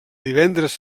divendres